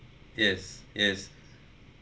yes yes